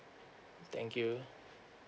thank you